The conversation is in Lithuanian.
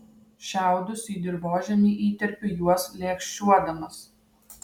šiaudus į dirvožemį įterpiu juos lėkščiuodamas